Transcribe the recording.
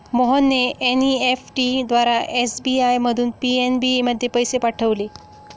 मोहनने एन.ई.एफ.टी द्वारा एस.बी.आय मधून पी.एन.बी मध्ये पैसे पाठवले